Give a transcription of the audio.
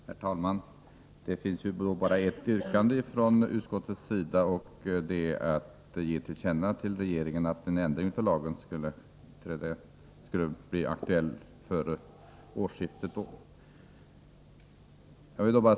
Herr talman! Det finns bara ett yrkande från utskottets sida, och det är att riksdagen skall ge regeringen till känna att en lagändring bör ske vid årsskiftet.